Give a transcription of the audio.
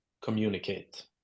communicate